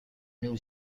new